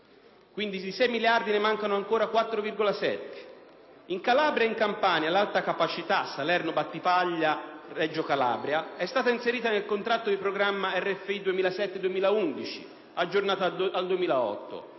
Quindi, di 6 miliardi di euro ne mancano ancora 4,7. In Calabria e Campania l'Alta capacità Salerno-Battipaglia-Reggio Calabria è stata inserita nel contratto di programma RFI 2007-2011, aggiornato al 2008.